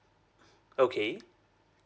okay